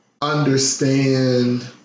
understand